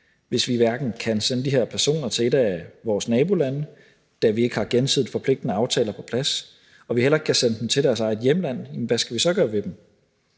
Hvis vi hverken kan sende de her personer til et af vores nabolande, da vi ikke har gensidigt forpligtende aftaler på plads, og vi heller ikke kan sende dem til deres eget hjemland, hvad skal vi så gøre ved dem?